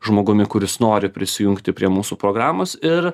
žmogumi kuris nori prisijungti prie mūsų programos ir